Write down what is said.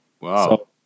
Wow